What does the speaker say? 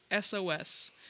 SOS